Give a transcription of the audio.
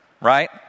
right